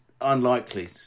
unlikely